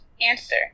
answer